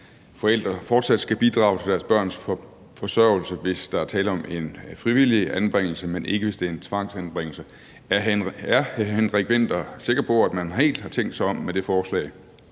forældre fortsat skal bidrage til deres børns forsørgelse, hvis der er tale om en frivillig anbringelse, men ikke hvis det er en tvangsanbringelse. Er hr. Henrik Vinther sikker på, at man helt har tænkt sig om med det forslag?